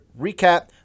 recap